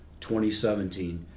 2017